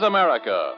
America